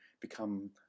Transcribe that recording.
become